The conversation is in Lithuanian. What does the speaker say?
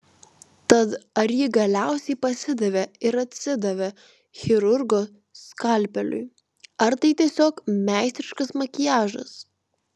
tad ar ji galiausiai pasidavė ir atsidavė chirurgo skalpeliui ar tai tiesiog meistriškas makiažas